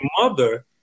mother